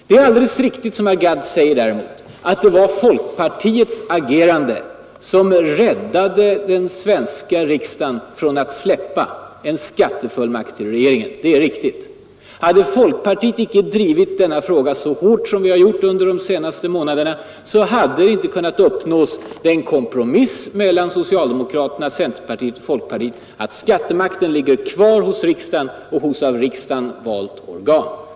Det är alldeles riktigt däremot, som herr Gadd säger, att det var folkpartiets agerande som räddade den svenska riksdagen från att släppa en skattefullmakt till regeringen. Hade vi i folkpartiet inte drivit denna fråga så hårt som vi gjort under de senaste månaderna hade inte en kompromiss mellan socialdemokraterna, centerpartiet och folkpartiet kunnat uppnås. Den innebär att skattemakten ligger kvar hos riksdagen och hos av riksdagen valt organ.